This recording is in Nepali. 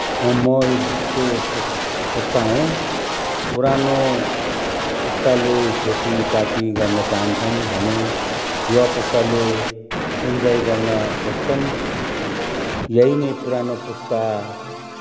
म यो बिचको पुस पुस्ता हुँ पुरानो पुस्ताले खेतीपाती गर्न चाहन्छन् भने युवा पुस्तले इन्जोइ गर्न खोज्छन् यही नै पुरानो पुस्ता